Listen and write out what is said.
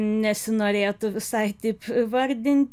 nesinorėtų visai taip įvardinti